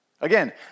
Again